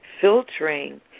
filtering